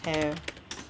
hair